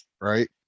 right